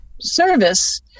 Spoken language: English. service